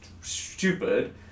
stupid